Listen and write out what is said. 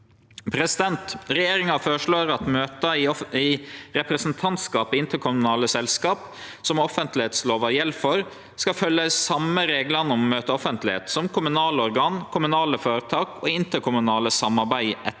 løyser. Regjeringa føreslår at møta i representantskapet i interkommunale selskap som offentleglova gjeld for, skal følgje dei same reglane om møteoffentlegheit som kommunale organ, kommunale føretak og interkommunale samarbeid etter